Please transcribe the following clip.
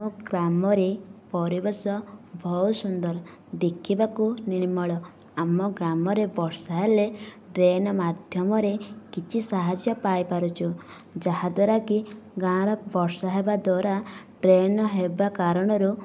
ଗ୍ରାମରେ ପରିବେଶ ବହୁତ ସୁନ୍ଦର ଦେଖିବାକୁ ନିର୍ମଳ ଆମ ଗ୍ରାମରେ ବର୍ଷା ହେଲେ ଡ୍ରେନ୍ ମାଧ୍ୟମରେ କିଛି ସାହାଯ୍ୟ ପାଇପାରୁଛୁ ଯାହା ଦ୍ଵାରାକି ଗାଁରେ ବର୍ଷା ହେବା ଦ୍ଵାରା ଡ୍ରେନ୍ ହେବା କାରଣରୁ